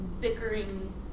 bickering